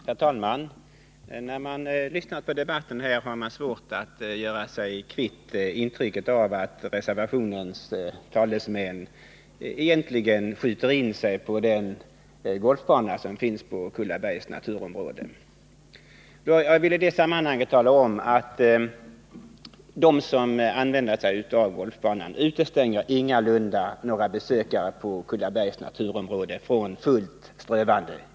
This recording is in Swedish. Herr talman! När man lyssnar på debatten här blir det svårt att göra sig kvitt intrycket att reservationens talesmän egentligen skjuter in sig på den golfbana som finns på Kullabergs naturområde. Jag vill i det sammanhanget tala om att de som använder sig av golfbanan ingalunda utestänger några besökare från att fritt ströva omkring inom hela Kullabergs naturområde.